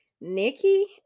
Nikki